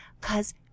cause